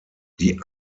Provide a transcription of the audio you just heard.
die